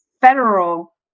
federal